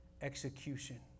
execution